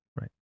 Right